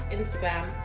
Instagram